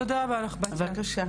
תודה רבה לך, בתיה.